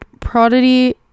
prodigy